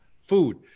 food